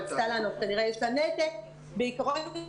בעיקרון,